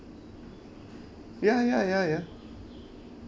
ya ya ya ya